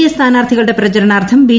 A സ്ഥാന്റാർത്ഥികളുടെ പ്രചരണാർത്ഥം ന് ബി